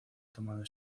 tomado